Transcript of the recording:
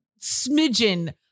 smidgen